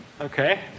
Okay